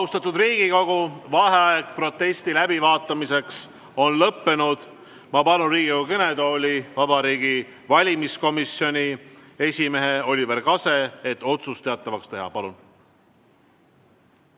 Ma palun Riigikogu kõnetooli Vabariigi Valimiskomisjoni esimehe Oliver Kase, et otsus teatavaks teha. Palun!